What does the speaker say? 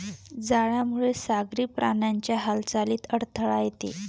जाळ्यामुळे सागरी प्राण्यांच्या हालचालीत अडथळा येतो